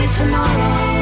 tomorrow